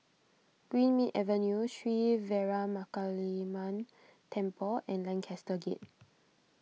Greenmead Avenue Sri Veeramakaliamman Temple and Lancaster Gate